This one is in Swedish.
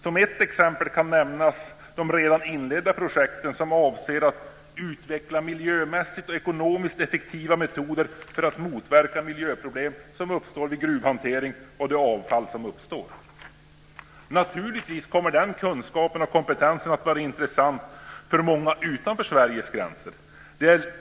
Som ett exempel kan nämnas de redan inledda projekten som avser att utveckla miljömässigt och ekonomiskt effektiva metoder för att motverka de miljöproblem som uppstår vid gruvhanteringen och avfallet i samband med denna. Naturligtvis kommer den kunskapen och kompetensen att vara intressant för många utanför Sveriges gränser.